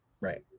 Right